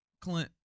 Clint